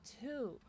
two